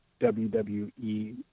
WWE